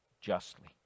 justly